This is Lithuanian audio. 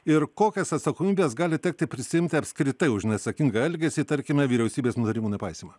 ir kokias atsakomybes gali tekti prisiimti apskritai už neatsakingą elgesį tarkime vyriausybės nutarimų nepaisymą